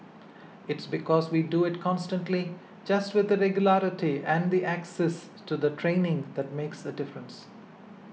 its because we do it constantly just with the regularity and the access to the training that makes a difference